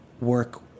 work